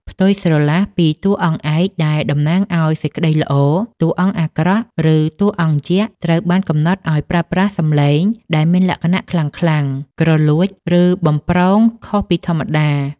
ផ្ទុយស្រឡះពីតួអង្គឯកដែលតំណាងឱ្យសេចក្តីល្អ តួអង្គអាក្រក់ ឬតួអង្គយក្ស ត្រូវបានកំណត់ឱ្យប្រើប្រាស់សំឡេងដែលមានលក្ខណៈខ្លាំងៗ គ្រលួច ឬបំព្រងខុសពីធម្មតា។